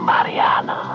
Mariana